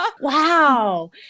Wow